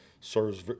serves